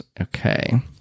Okay